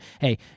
Hey